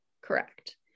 Correct